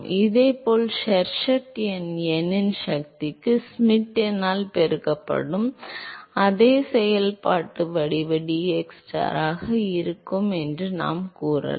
இதேபோல் ஷெர்வுட் எண் n இன் சக்திக்கு ஷ்மிட் எண்ணால் பெருக்கப்படும் அதே செயல்பாட்டு வடிவ xstar ஆக இருக்கும் என்று நாம் கூறலாம்